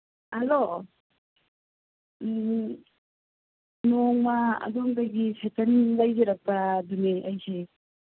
hello ꯅꯣꯡꯃ ꯑꯗꯣꯝꯗꯒꯤ ꯁꯥꯏꯀꯟ ꯂꯩꯖꯔꯛꯄꯗꯨꯅꯦ ꯑꯩꯁꯦ